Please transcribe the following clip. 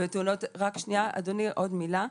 רק שנייה, אדוני עוד מילה,